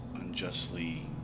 unjustly